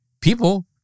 people